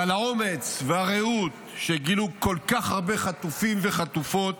ועל האומץ והרעות שגילו כל כך הרבה חטופים וחטופות,